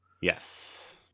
Yes